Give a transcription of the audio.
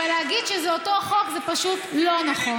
אבל להגיד שזה אותו חוק זה פשוט לא נכון.